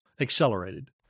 accelerated